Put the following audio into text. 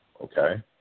Okay